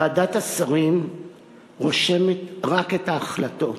ועדת השרים רושמת רק את ההחלטות.